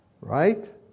Right